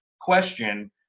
question